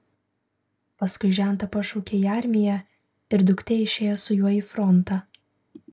paskui žentą pašaukė į armiją ir duktė išėjo su juo į frontą